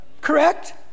Correct